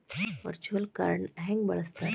Virtual ಕಾರ್ಡ್ನ ಹೆಂಗ ಬಳಸ್ತಾರ?